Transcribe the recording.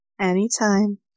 Anytime